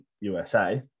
USA